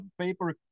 paper